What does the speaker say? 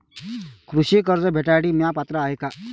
कृषी कर्ज भेटासाठी म्या पात्र हाय का?